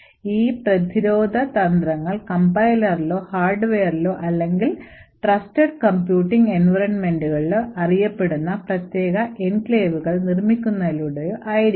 അതിനാൽ ഈ പ്രതിരോധ തന്ത്രങ്ങൾ കംപൈലറിലോ ഹാർഡ്വെയറിലോ അല്ലെങ്കിൽ ട്രസ്റ്റഡ് കമ്പ്യൂട്ടിംഗ് എൻവയോൺമെന്റുകൾ എന്നറിയപ്പെടുന്ന പ്രത്യേക എൻക്ലേവുകൾ നിർമ്മിക്കുന്നതിലൂടെയോ ആയിരിക്കും